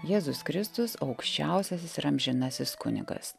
jėzus kristus aukščiausiasis ir amžinasis kunigas